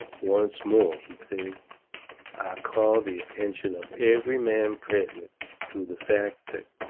once more, he says, i call the attention of every man present to the fact that